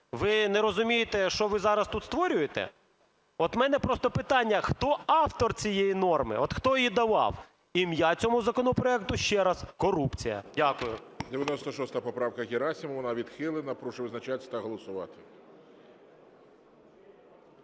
Ви не розумієте, що ви зараз тут створюєте? От у мене просто питання: хто автор цієї норми, хто її давав? Ім'я цьому законопроекту, ще раз, корупція. Дякую. ГОЛОВУЮЧИЙ. 96 поправка Герасимова, вона відхилена. Прошу визначатись та голосувати.